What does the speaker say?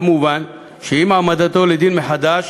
כמובן, עם העמדתו לדין מחדש